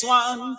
one